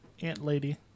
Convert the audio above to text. Ant-Lady